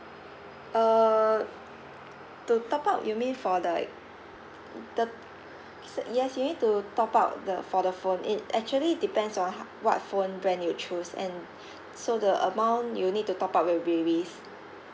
err to top up you mean for like the so yes you need to top up the for the phone it actually depends on h~ what phone brand when you choose and so the amount you need to top up will varies